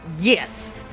Yes